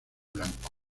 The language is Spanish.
blanco